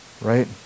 Right